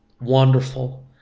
Wonderful